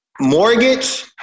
mortgage